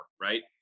right